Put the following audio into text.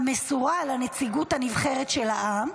המסורה לנציגות הנבחרת של העם,